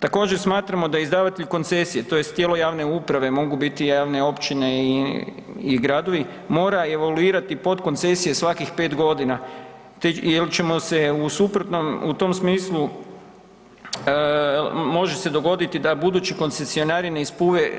Također smatramo da izdavatelj koncesije tj. tijelo javne uprave mogu biti javne općine i gradova, mora evaluirati podkoncesije svakih 4 g. jer ćemo se u suprotnom u tom smislu, može se dogoditi da budući koncesionari